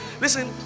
listen